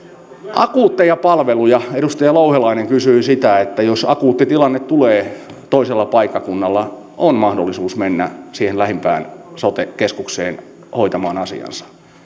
akuutteja palveluja edustaja louhelainen kysyi siitä jos akuutti tilanne tulee toisella paikkakunnalla on mahdollisuus mennä siihen lähimpään sote keskukseen hoitamaan asiansa